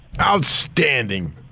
Outstanding